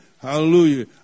Hallelujah